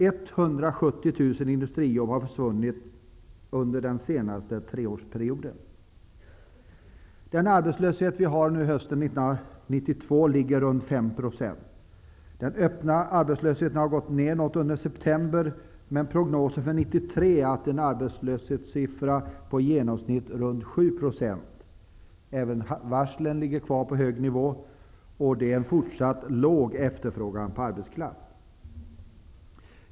170 000 industrijobb har försvunnit under den senaste treårsperiopden. Arbetslösheten kommer under hösten 1992 att ligga runt 5%. Den öppna arbetslösheten har minskat något under september, men prognosen för 1993 är en arbetslöshetssiffra på i genomsnitt runt 7%. Även varslen ligger kvar på en hög nivå, och det är en fortsatt låg efterfrågan på arbetskraft.